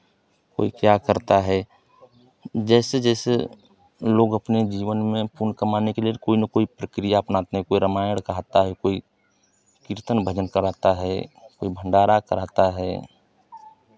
कोई क्या करता है जैसे जैसे लोग अपने जीवन में पुण्य कमाने के लिए कोई ना कोई प्रक्रिया अपनाते हैं कोई रामायण कहाता है कोई कीर्तन भजन कराता है कोई भंडारा कराता है